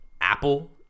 apple